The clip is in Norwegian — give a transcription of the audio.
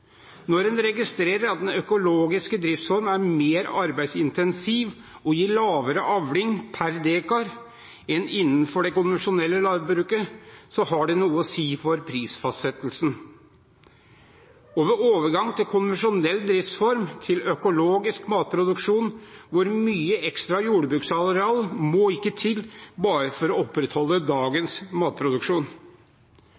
Når en registrerer at den økologiske driftsform er mer arbeidsintensiv og gir lavere avling per dekar enn tilfellet er innenfor det konvensjonelle landbruket, har det noe å si for prisfastsettelsen. Og ved en overgang fra konvensjonell driftsform til økologisk matproduksjon – hvor mye ekstra jordbruksareal må ikke til for bare å opprettholde